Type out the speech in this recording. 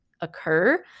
occur